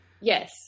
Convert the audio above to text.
Yes